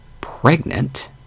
pregnant